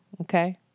Okay